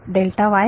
delta y